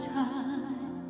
time